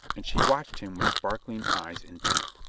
and she watched him with sparkling eyes intent.